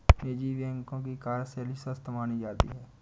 निजी बैंकों की कार्यशैली स्वस्थ मानी जाती है